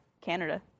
Canada